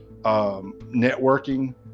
networking